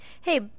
hey